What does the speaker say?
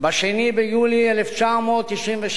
ב-2 ביולי 1997,